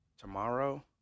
Tomorrow